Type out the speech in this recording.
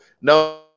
no